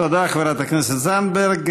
תודה, חברת הכנסת זנדברג.